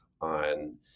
on